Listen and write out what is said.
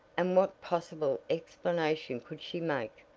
and what possible explanation could she make?